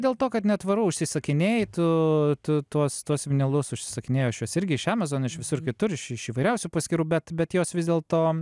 dėl to kad netvaru užsisakinėji tu tu tuos tuos vinilus užsisakinėju aš irgi iš amazon iš visur kitur iš iš įvairiausių paskyrų bet bet jos vis dėlto